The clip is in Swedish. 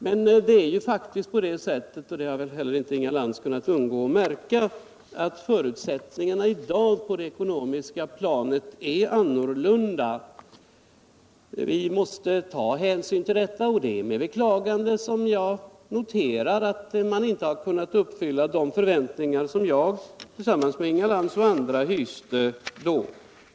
Men det är faktiskt på det sättet — och det har väl inte heller Inga Lantz kunnat undgå att märka — att förutsättningarna i dag på det ekonomiska planet är annorlunda än för ett par år sedan. Vi måste ta hänsyn till detta, och det är med beklagande som jag noterar att man inte har kunnat uppfylla de förväntningar som jag tillsammans med Inga Lantz och andra hyste då.